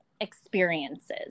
experiences